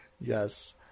Yes